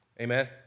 Amen